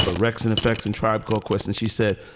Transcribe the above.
but rex and effects and tribe called quest. and she said,